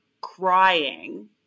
crying